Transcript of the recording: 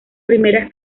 primeras